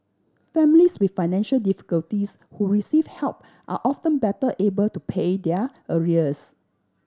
families with financial difficulties who receive help are often better able to pay their arrears